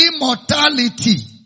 Immortality